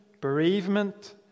bereavement